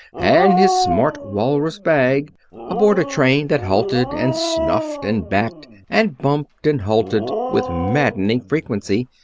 and his smart walrus bag aboard a train that halted and snuffed and backed, and bumped and halted with maddening frequency.